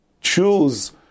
choose